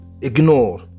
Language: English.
ignore